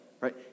right